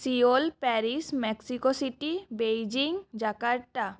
Seoul Paris Mexico City Beijing Jakarta